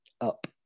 up